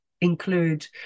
include